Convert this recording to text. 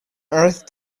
earth